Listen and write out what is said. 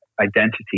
identity